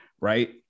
right